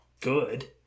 good